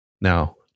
Now